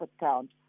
account